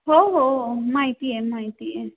हो हो हो माहिती आहे माहिती आहे